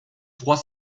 trois